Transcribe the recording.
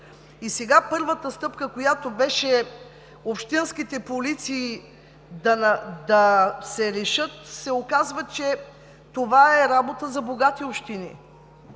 Първата стъпка беше общинските полиции да се решат, но се оказва, че това е работа за богати общини